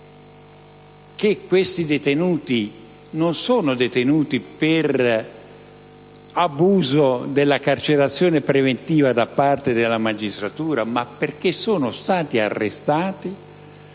che questi non sono detenuti per abuso della carcerazione preventiva da parte della magistratura, ma perché sono stati arrestati